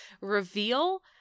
reveal